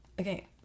okay